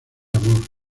amor